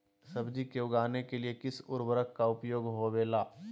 सब्जी को उगाने के लिए किस उर्वरक का उपयोग होबेला?